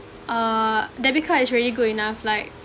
err debit card is really good enough like